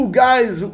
guys